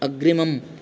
अग्रिमम्